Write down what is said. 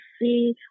see